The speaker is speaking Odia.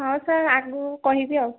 ହଁ ସାର୍ ଆଗକୁ କହିବି ଆଉ